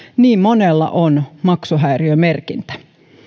niin monella on maksuhäiriömerkintä